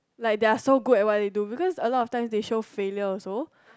like their so good at what they do because a lot of time they show failure also